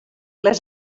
les